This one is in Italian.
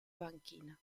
banchina